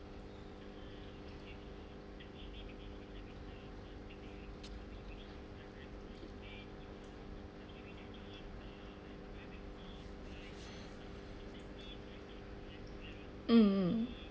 mm